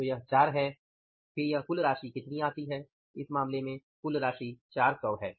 तो यह 4 है तो यह कुल राशि कितनी आती है इस मामले में कुल राशि 400 है